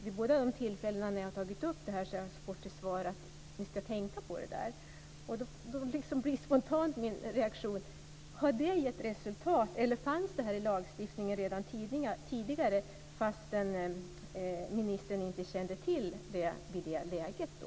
Vid båda de tillfällen då jag har tagit upp det har jag fått till svar att ni ska tänka på det. Min spontana reaktion blir en undran om det har gett resultat eller om detta fanns i lagstiftningen redan tidigare, fastän ministern inte kände till det då.